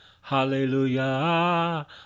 hallelujah